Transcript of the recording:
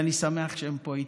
ואני שמח שהם פה איתי.